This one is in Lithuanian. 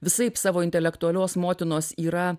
visaip savo intelektualios motinos yra